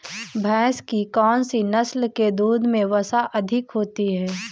भैंस की कौनसी नस्ल के दूध में वसा अधिक होती है?